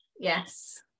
yes